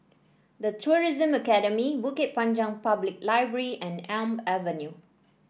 The Tourism Academy Bukit Panjang Public Library and Elm Avenue